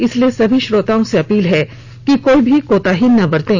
इसलिए सभी श्रोताओं से अपील है कि कोई भी कोताही ना बरतें